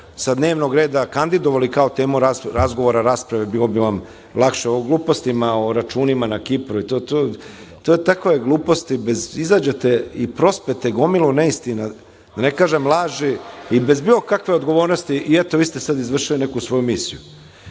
sa dnevnog reda kandidovali kao temu razgovora, rasprave, bilo bi vam lakše. O glupostima, o računima na Kipru, takve gluposti, izađete i prospete gomilu neistina, da ne kažem laži, i bez bilo kakve odgovornosti i, eto, vi ste sada izvršili neku svoju misiju. Da